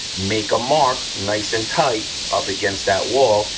make a mark nice and tight up against that wall,